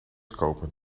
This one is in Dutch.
kopen